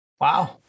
Wow